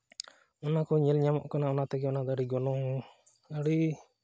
ᱚᱱᱟ ᱠᱚ ᱧᱮᱞ ᱧᱟᱢᱚᱜ ᱠᱟᱱᱟ ᱚᱱᱟ ᱛᱮᱜᱮ ᱚᱱᱟ ᱫᱚ ᱟᱹᱰᱤ ᱜᱚᱱᱚᱝ ᱟᱹᱰᱤ